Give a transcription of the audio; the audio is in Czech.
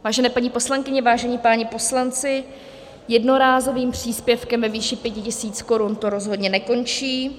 Vážené paní poslankyně, vážení páni poslanci, jednorázovým příspěvkem ve výši 5 tisíc korun to rozhodně nekončí.